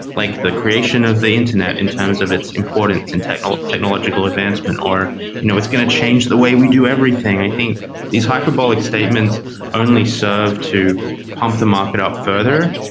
like the creation of the internet in terms of its importance and technological technological advancement are you know it's going to change the way we do everything. i think these hyperbolic statements only serve to pump the market up further,